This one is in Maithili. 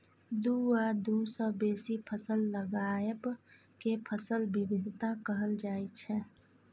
दु आ दु सँ बेसी फसल लगाएब केँ फसल बिबिधता कहल जाइ छै